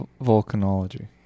volcanology